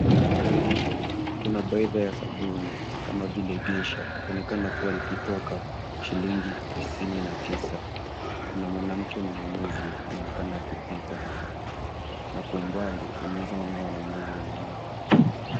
Kuna baidha ya sabuni kama vile geisha likionekana kuwa likitoka shilingi tisini na tisa. Kuna mwanamke mnunuzi anaonekana akipita na kwa umbali unaweza ona wanunuzi wengine.